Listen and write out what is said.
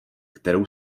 kterou